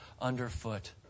underfoot